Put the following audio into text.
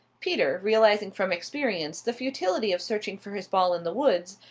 peter, realizing from experience the futility of searching for his ball in the woods,